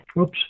Oops